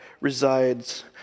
resides